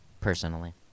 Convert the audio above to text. personally